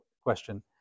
question